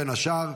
בין השאר,